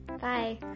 Bye